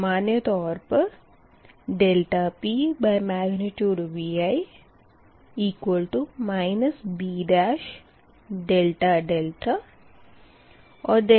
सामनय तौर पर PVi B और QVi B